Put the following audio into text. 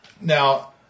Now